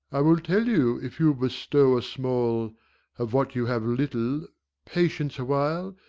i will tell you if you'll bestow a small of what you have little patience awhile,